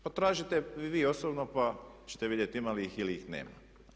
Potražite i vi osobno, pa ćete vidjeti ima li ih ili ih nema.